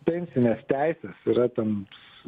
pensinės teisės yra ten